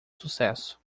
sucesso